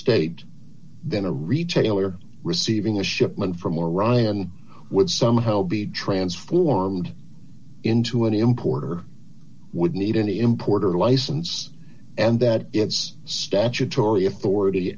state then a retailer receiving a shipment from orion would somehow be transformed into an importer would need an importer license and that it's statutory authority